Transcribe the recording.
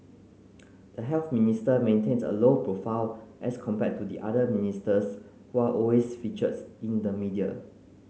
the Health Minister maintains a low profile as compared to the other ministers who are always features in the media